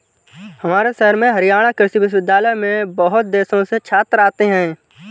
हमारे शहर में हरियाणा कृषि विश्वविद्यालय में बहुत देशों से छात्र आते हैं